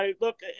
look